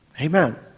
Amen